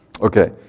Okay